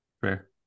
fair